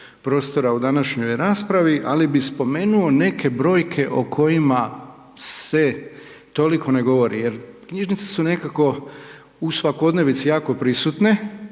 u današnjoj raspravi, ali bi spomenuo neke brojke o kojima se toliko ne govori. Jer knjižnice su nekako u svakodnevnici jako prisutne.